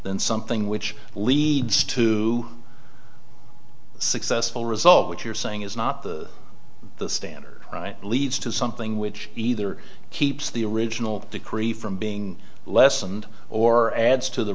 than something which leads to a successful result what you're saying is not the the standard leads to something which either keeps the original decree from being lessened or adds to the